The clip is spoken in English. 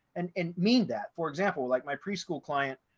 and and mean that, for example, like my preschool client,